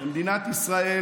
במדינת ישראל